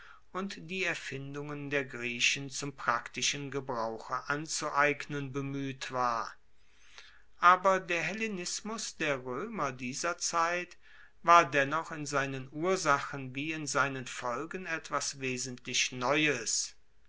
und die erfindungen der griechen zum praktischen gebrauche anzueignen bemueht war aber der hellenismus der roemer dieser zeit war dennoch in seinen ursachen wie in seinen folgen etwas wesentlich neues